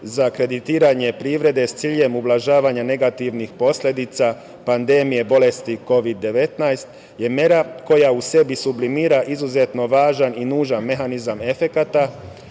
za kreditiranje privrede s ciljem ublažavanja negativnih posledica pandemije boleti Kovid-19, je mera koja u sebi sublimira izuzetno važan i nužan mehanizam efekata